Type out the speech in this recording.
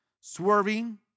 swerving